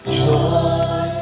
joy